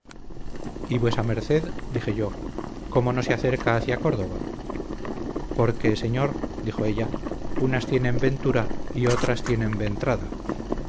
y vuesa merced dije yo cómo no se acerca hacia córdoba porque señor dijo ella unas tienen ventura y otras tienen ventrada